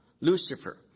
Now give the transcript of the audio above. Lucifer